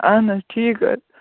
اَہَن حظ ٹھیٖک حظ